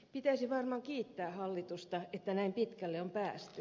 pitäisi varmaan kiittää hallitusta että näin pitkälle on päästy